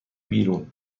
بیرون